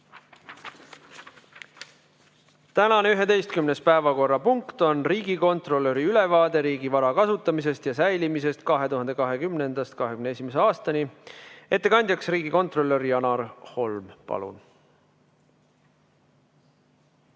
Tänane 11. päevakorrapunkt on riigikontrolöri ülevaade riigi vara kasutamisest ja säilimisest 2020.–2021. aastal. Ettekandja on riigikontrolör Janar Holm. Palun!